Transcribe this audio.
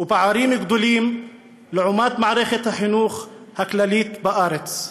ופערים גדולים לעומת מערכת החינוך הכללית בארץ.